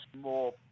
more